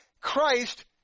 Christ